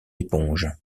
éponge